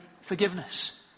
forgiveness